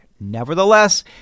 Nevertheless